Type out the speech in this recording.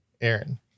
Aaron